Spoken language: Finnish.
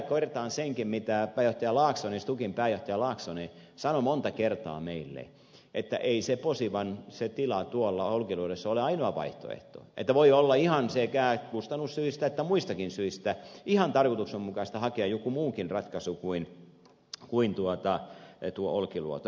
ja vielä kertaan senkin mitä stukin pääjohtaja laaksonen sanoi monta kertaa meille että ei se posivan tila tuolla olkiluodossa ole ainoa vaihtoehto että voi olla sekä kustannussyistä että muistakin syistä ihan tarkoituksenmukaista hakea joku muukin ratkaisu kuin tuo olkiluoto